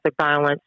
violence